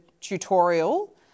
tutorial